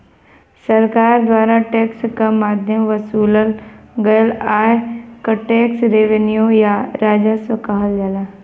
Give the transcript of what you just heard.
सरकार द्वारा टैक्स क माध्यम वसूलल गयल आय क टैक्स रेवेन्यू या राजस्व कहल जाला